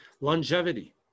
longevity